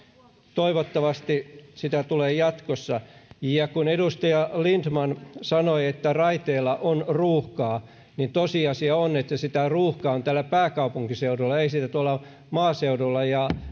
toivottavasti sitä tulee jatkossa ja kun edustaja lindtman sanoi että raiteilla on ruuhkaa niin tosiasia on että sitä ruuhkaa on täällä pääkaupunkiseudulla ei sitä tuolla maaseudulla ja